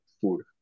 food